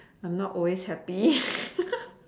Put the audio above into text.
I'm not always happy